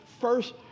first